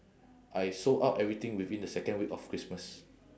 I sold out everything within the second week of christmas